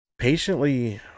Patiently